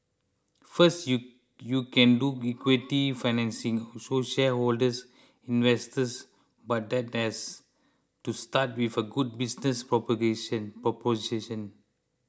first you you can do equity financing so shareholders investors but that has to start with a good business proposition